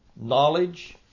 Knowledge